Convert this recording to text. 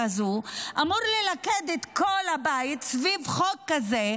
הזו אמורים ללכד את כל הבית סביב חוק כזה,